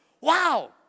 Wow